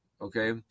Okay